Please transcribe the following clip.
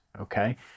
Okay